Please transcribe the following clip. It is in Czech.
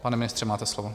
Pane ministře, máte slovo.